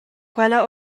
quella